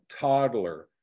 toddler